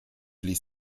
ließ